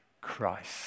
Christ